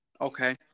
Okay